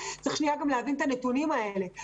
צריך להבין את הנתונים האלה.